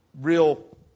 real